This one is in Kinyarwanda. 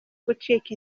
gucika